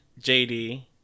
JD